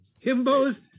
Himbo's